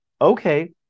okay